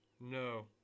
No